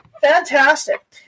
Fantastic